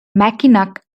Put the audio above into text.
mackinac